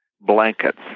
Blankets